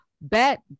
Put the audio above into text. bet